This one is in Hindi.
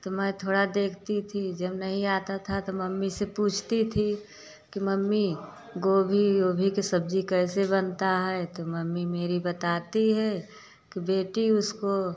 तो मैं थोड़ा देखती थी जब नहीं आता था तो मम्मी से पूछती थी कि मम्मी गाेभी ओभी के सब्जी कैसे बनता है तो मम्मी मेरी बताती हैं कि बेटी उसको